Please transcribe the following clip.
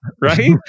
Right